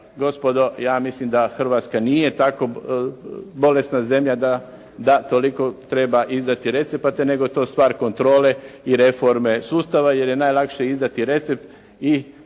Gospodo, ja mislim da Hrvatska nije tako bolesna zemlja da toliko treba izdati recepata nego je to stvar kontrole i reforme sustava jer je najlakše izdati recept i pacijenta